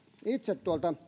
itse